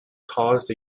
caused